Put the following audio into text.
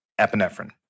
epinephrine